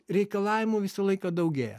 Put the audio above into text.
reikalavimų visą laiką daugėja